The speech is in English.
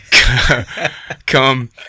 come